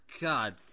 God